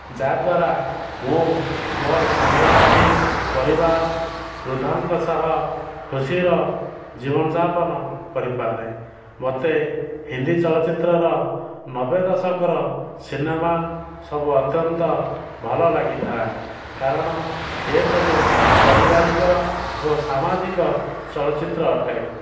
ଯାହାଦ୍ୱାରା ମୁଁ ମୋର ସାଙ୍ଗସାଥି ପରିବାର ବୃଦ୍ଧଙ୍କ ସହ ଖୁସିର ଜୀବନଯାପନ କରିପାରେ ମୋତେ ହିନ୍ଦୀ ଚଳଚ୍ଚିତ୍ରର ନବେ ଦଶକର ସିନେମା ସବୁ ଅତ୍ୟନ୍ତ ଭଲ ଲାଗିଥାଏ କାରଣ ଏସବୁ ପାରିବାରିକ ଓ ସାମାଜିକ ଚଳଚ୍ଚିତ୍ର ଅଟେ